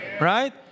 right